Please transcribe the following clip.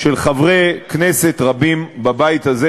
של חברי כנסת רבים בבית הזה,